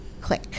click